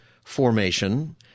formation